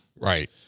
Right